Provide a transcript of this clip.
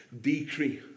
decrease